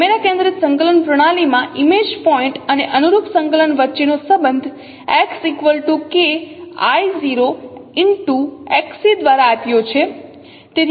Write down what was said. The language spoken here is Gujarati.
કેમેરા કેન્દ્રિત સંકલન પ્રણાલીમાં ઇમેજ પોઇન્ટ અને અનુરૂપ સંકલન વચ્ચેનો સંબંધ x K I | 0Xc દ્વારા આપ્યો છે